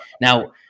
Now